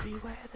Beware